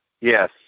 Yes